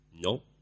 No